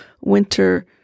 winter